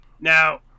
Now